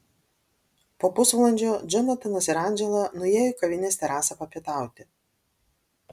po pusvalandžio džonatanas ir andžela nuėjo į kavinės terasą papietauti